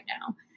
now